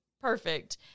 perfect